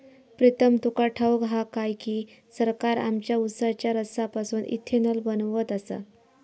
प्रीतम तुका ठाऊक हा काय की, सरकार आमच्या उसाच्या रसापासून इथेनॉल बनवत आसा